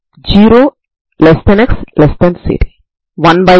ఇది sin μ యొక్క multiple అవుతుంది